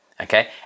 Okay